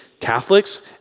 Catholics